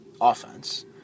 offense